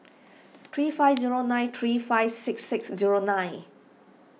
three five zero nine three five six six zero nine